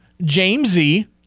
jamesy